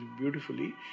beautifully